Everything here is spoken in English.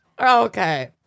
Okay